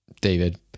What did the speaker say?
David